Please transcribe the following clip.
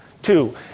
Two